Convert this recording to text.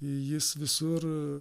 jis visur